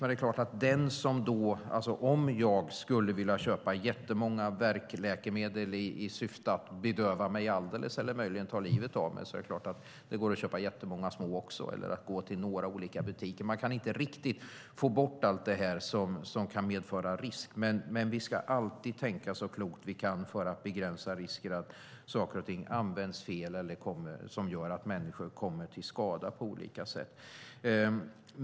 Men den som vill köpa jättemånga värkläkemedel i syfte att bedöva sig alldeles eller att ta livet av sig kan naturligtvis köpa många små förpackningar eller gå till några olika butiker. Man kan inte riktigt få bort allt det som kan medföra risk, men vi ska alltid tänka så klokt vi kan för att begränsa risken för att saker och ting används fel eller att människor kommer till skada.